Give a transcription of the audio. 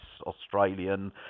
Australian